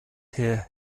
here